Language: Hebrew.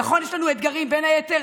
נכון שיש לנו אתגרים, ובין היתר